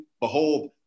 behold